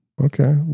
Okay